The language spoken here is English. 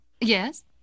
Yes